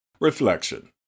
Reflection